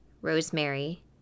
rosemary